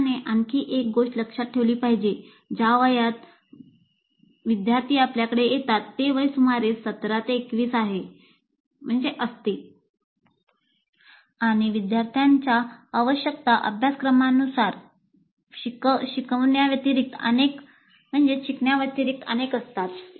शिक्षकाने आणखी एक गोष्ट लक्षात ठेवली पाहिजे ज्या वयात ते आपल्याकडे येतात ते वय सुमारे 17 ते 21 आहे जे एक वाढते वय असते आणि विद्यार्थ्यांच्या आवश्यकता अभ्यासक्रमानुसार शिकण्याव्यतिरिक्त अनेक असतात